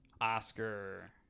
Oscar